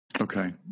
Okay